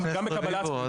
חבר הכנסת רביבו.